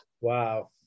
wow